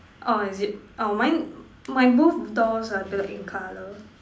orh is it orh mine my both doors are black in colour